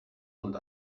und